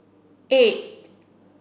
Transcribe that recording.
eight